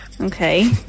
Okay